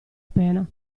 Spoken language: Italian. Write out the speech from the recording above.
pena